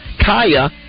Kaya